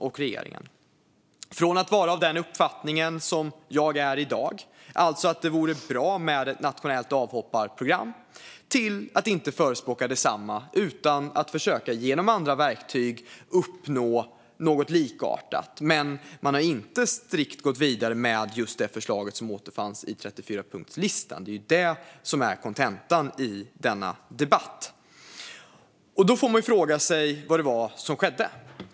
Man har ändrat sig från att ha varit av den uppfattning som jag är av i dag, alltså att det vore bra med ett nationellt avhopparprogram, till att inte förespråka detsamma. I stället vill man genom andra verktyg försöka uppnå något likartat. Men man har alltså inte strikt gått vidare med det förslag som återfanns i 34-punktslistan. Det är detta som är kontentan i denna debatt. Då får man fråga sig vad det var som skedde.